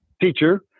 teacher